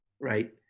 right